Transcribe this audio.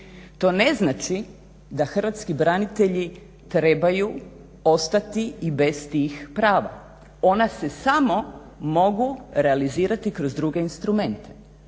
to ne znači da hrvatski branitelji trebaju ostati i bez tih prava. Ona se samo mogu realizirati kroz druge instrumente.